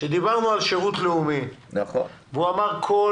שמשרתי שירות לאומי לא מקבלים.